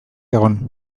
egon